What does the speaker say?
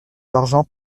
d’argent